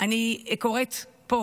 אני קוראת פה